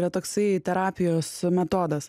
yra toksai terapijos metodas